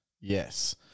yes